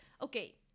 okay